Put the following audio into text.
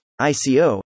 ICO